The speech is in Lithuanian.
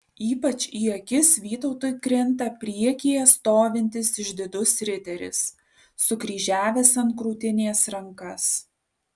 ypač į akis vytautui krinta priekyje stovintis išdidus riteris sukryžiavęs ant krūtinės rankas